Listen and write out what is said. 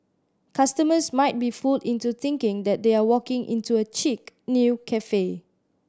customers might be fooled into thinking that they are walking into a chic new cafe